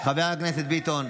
חבר הכנסת מיכאל ביטון.